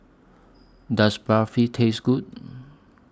Does Barfi Taste Good